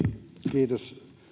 kiitos